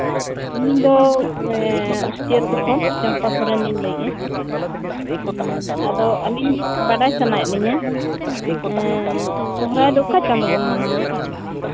ᱤᱧᱫᱚ ᱠᱷᱚᱡ ᱪᱟᱢᱯᱟ ᱥᱚᱨᱮᱱᱤᱧ ᱞᱟᱹᱭᱮᱫᱼᱟ ᱟᱫᱚ ᱟᱹᱞᱤ ᱵᱟᱰᱟᱭ ᱥᱟᱱᱟᱭᱮᱫ ᱞᱤᱧᱟ ᱥᱚᱦᱚᱨᱟᱭ ᱫᱚ ᱚᱠᱟ ᱪᱟᱸᱫᱳᱵᱚᱱ ᱢᱟᱱᱟᱣᱟ